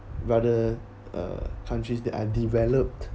rather uh countries that are developed